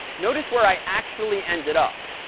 notice where i actually ended up.